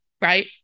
Right